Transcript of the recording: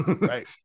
Right